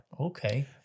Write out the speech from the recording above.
Okay